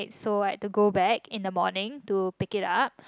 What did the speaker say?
so I had to go back in the morning to pick it up